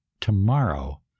Tomorrow